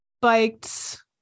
biked